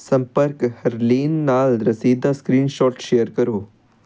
ਸੰਪਰਕ ਹਰਲੀਨ ਨਾਲ ਰਸੀਦ ਦਾ ਸਕ੍ਰੀਨਸ਼ੋਟ ਸ਼ੇਅਰ ਕਰੋ